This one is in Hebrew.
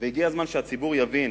והגיע הזמן שהציבור יבין